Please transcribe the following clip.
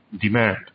demand